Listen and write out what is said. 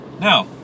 Now